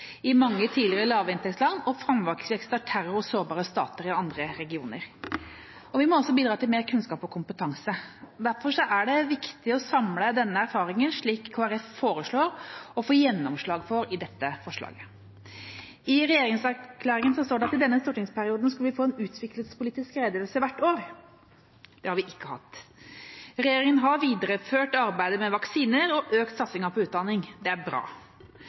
i mange tidligere lavinntektsland og framvekst av terror og sårbare stater i andre regioner. Vi må også bidra til mer kunnskap og kompetanse. Derfor er det viktig å samle denne erfaringen, slik Kristelig Folkeparti foreslår og får gjennomslag for i dette forslaget. I regjeringserklæringen står det at i denne stortingsperioden skal vi få en utviklingspolitisk redegjørelse hvert år. Det har vi ikke fått. Regjeringa har videreført arbeidet med vaksiner og økt satsingen på utdanning. Det er bra.